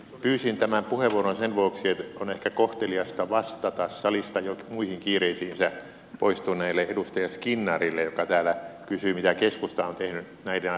pyysin tämän puheenvuoron sen vuoksi että on ehkä kohteliasta vastata salista jo muihin kiireisiinsä poistuneelle edustaja skinnarille joka täällä kysyi mitä keskusta on tehnyt näiden asioitten hyväksi